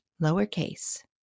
lowercase